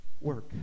work